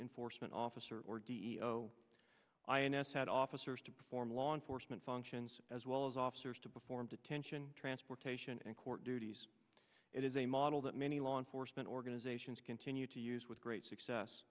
enforcement officer or d e o ins had officers to perform law enforcement function as well as officers to perform detention transportation and court duties it is a model that many law enforcement organizations continue to use with great success